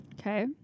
okay